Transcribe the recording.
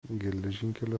geležinkelio